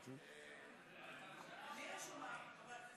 אני רשומה.